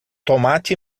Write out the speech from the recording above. tomate